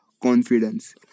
confidence